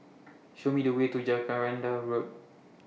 Show Me The Way to Jacaranda Road